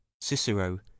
cicero